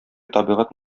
табигать